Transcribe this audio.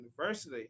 University